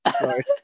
Sorry